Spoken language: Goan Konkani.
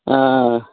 आं